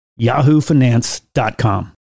yahoofinance.com